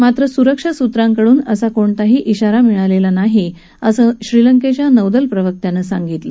मात्र सुरक्षा सूत्रांकडून असा कोणताही वाारा मिळालेला नाही असं श्रीलंकेच्या नौदल प्रवक्त्यांनी ही माहिती दिली